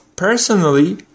Personally